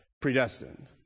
predestined